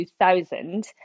2000